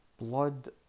Blood